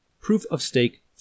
proof-of-stake